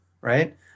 right